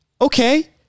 okay